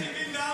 אדם בן 74 הותקף.